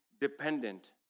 dependent